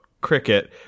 cricket